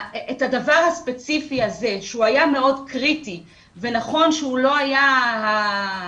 את הדבר הספציפי הזה שהיה מאוד קריטי ונכון שהוא לא היה האקסטרה,